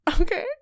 Okay